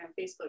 Facebook